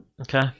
Okay